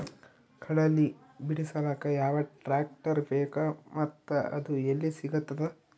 ಕಡಲಿ ಬಿಡಿಸಲಕ ಯಾವ ಟ್ರಾಕ್ಟರ್ ಬೇಕ ಮತ್ತ ಅದು ಯಲ್ಲಿ ಸಿಗತದ?